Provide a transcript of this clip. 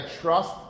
trust